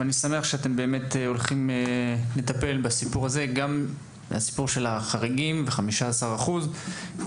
אני שמח שאתם הולכים לטפל בסיפור אחוז החריגים מהמגזר החרדי כי